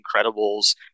Incredibles